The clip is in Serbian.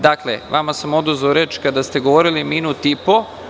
Dakle, vama sam oduzeo reč kada ste govorili minut i po.